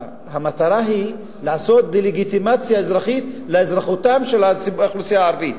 המטרה היא לעשות דה-לגיטימציה אזרחית לאזרחותה של האוכלוסייה הערבית,